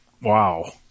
Wow